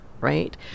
right